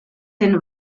den